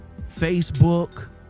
Facebook